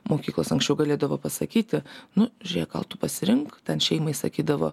mokyklos anksčiau galėdavo pasakyti nu žiūrėk gal tu pasirink ten šeimai sakydavo